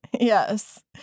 yes